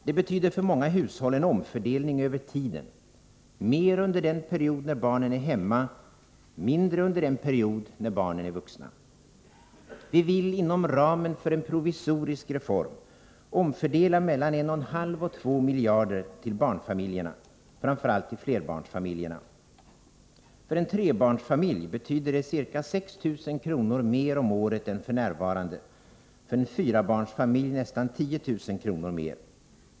Det betyder för många hushåll en omfördelning över tiden: mer under den period när barnen är hemma och mindre under den period när barnen är vuxna. Vi vill inom ramen för en provisorisk reform omfördela mellan 1,5 och 2 miljarder kronor till barnfamiljerna, framför allt till flerbarnsfamiljerna. För en trebarnsfamilj betyder det ca 6000 kr. mer om året än f.n., för en fyrabarnsfamilj nästan 10000 kr. mer.